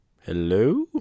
Hello